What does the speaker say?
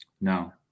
No